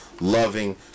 loving